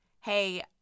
hey